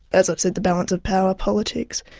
as i said, the balance of power politics.